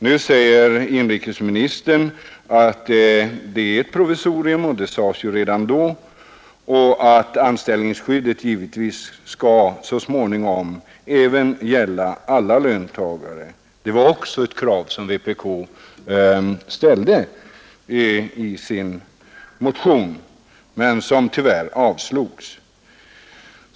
Nu säger inrikesministern att lagarna är ett provisorium — det sades redan då beslutet om dem fattades — och att anställningsskyddet givetvis så smaningom skall gälla alla löntagare. Det var också ett krav som vpk ställde i sin motion men som tyvärr avslogs.